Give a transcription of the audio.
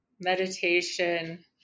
meditation